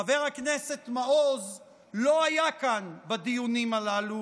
חבר הכנסת מעוז לא היה כאן בדיונים הללו,